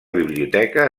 biblioteca